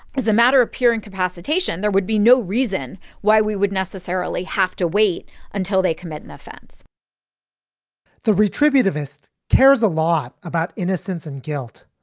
as a matter of pure incapacitation, there would be no reason why we would necessarily have to wait until they commit an offense the retributive ist cares a lot about innocence and guilt,